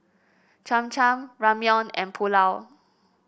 Cham Cham Ramyeon and Pulao